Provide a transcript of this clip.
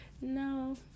No